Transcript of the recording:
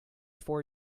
four